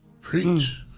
Preach